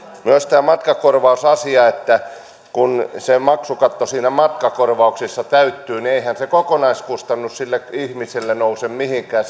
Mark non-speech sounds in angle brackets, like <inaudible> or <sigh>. myös tämä matkakorvausasia kun se maksukatto niissä matkakorvauksissa täyttyy niin eihän se kokonaiskustannus sille ihmiselle nouse mihinkään <unintelligible>